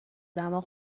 دماغ